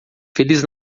feliz